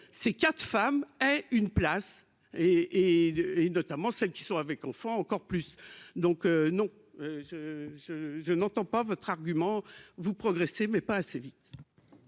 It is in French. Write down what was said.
ces 4 femmes et une place et et notamment celles qui sont avec enfants encore plus, donc non je je je n'entends pas votre argument, vous progressez, mais pas assez vite.